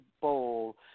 bowl